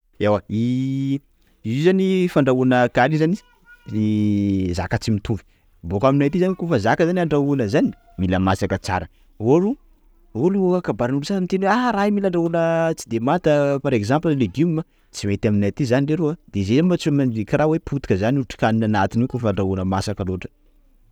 Ewa iii, io zany fandrahoana kaly io zany ii zaka tsy mitovy, boaka amanay aty zany koafa zaka zany andrahoana zany, mila masaka tsara, or olo a kabaron'olo sasany miteny hoe; ah raha io mila andrahona tsy de manta par exemple legumes, tsy mety aminay aty zany leroa, de zay mantsy karaha hoe potika zany otrik'anina anaty koafa andrahoana masaka loatra.